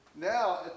now